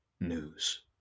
news